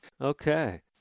Okay